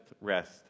rest